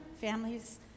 Families